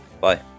Bye